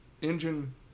engine